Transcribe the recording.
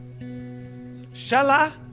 Shala